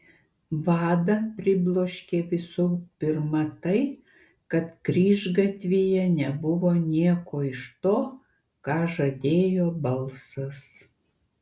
vadą pribloškė visų pirma tai kad kryžgatvyje nebuvo nieko iš to ką žadėjo balsas